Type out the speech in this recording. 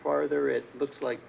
farther it looks like